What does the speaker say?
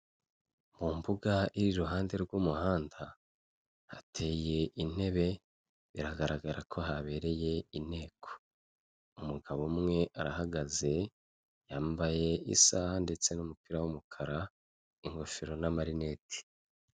Mu mbuga iri iruhande rw'umuhanda, hateye intebe biragaragara ko habereye inteko, umugabo umwe arahagaze yambaye isaha ndetse n'umupira w'umukara, ingofero n'amarineti.